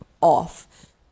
off